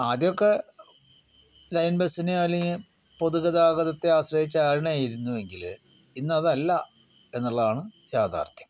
ആദ്യമൊക്കെ ലൈൻ ബസ്സിന് അല്ലങ്കിൽ പൊതുഗതാഗതത്തെ ആശ്രയിച്ചാണ് ഇരുന്നുവെങ്കില് ഇന്നതല്ല എന്നുള്ളതാണ് യാഥാർഥ്യം